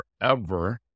forever